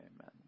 amen